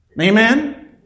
Amen